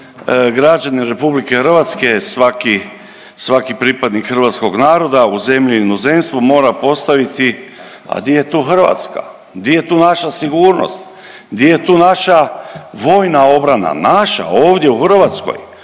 građanin RH svaki, svaki pripadnik hrvatskog naroda u zemlji i inozemstvu mora postaviti, a di je tu Hrvatska, di je tu naša sigurnost, di je tu naša vojna obrana, naša, ovdje u Hrvatskoj.